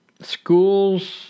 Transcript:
schools